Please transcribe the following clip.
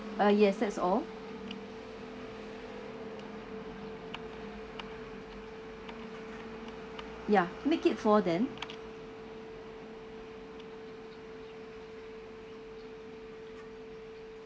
uh yes that's all ya make it four then